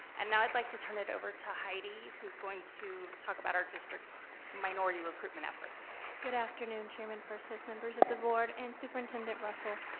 and now i'd like to turn it over to heidi, who's going to talk about our district minority recruitment efforts. good afternoon, chairman persis, members of the board, and superintendent russell.